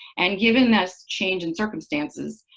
and given this change in circumstances,